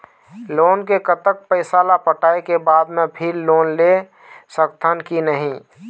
Loan के कतक पैसा ला पटाए के बाद मैं फिर लोन ले सकथन कि नहीं?